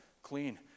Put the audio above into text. Clean